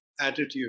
attitude